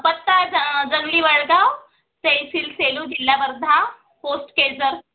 पत्ता ज जंगली वडगाव सेफिल सेलू जिल्हा वर्धा पोस्ट केडजर